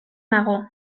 nago